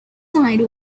side